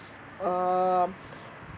uh